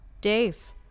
Dave